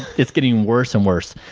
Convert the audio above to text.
is getting worse and worse.